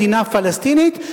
מדינה פלסטינית.